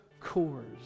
cores